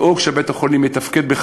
אבל לדאוג שבית-החולים יחזור לתפקד,